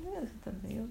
nu i tada jau